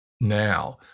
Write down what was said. now